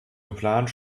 geplant